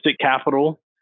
capital